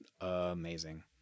amazing